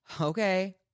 okay